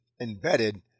embedded